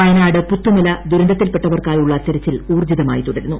വയനാട് പുത്തുമല ദുരന്തത്തിൽപ്പെട്ടവർക്കായുള്ള തെരച്ചിൽ ഊർജിതമായി തുടരുന്നു